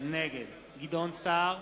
נגד גדעון סער,